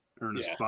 Ernest